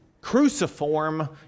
cruciform